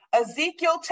Ezekiel